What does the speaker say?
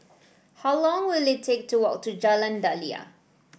how long will it take to walk to Jalan Daliah